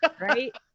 Right